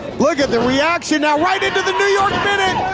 look at the reaction now, right into the new york minute!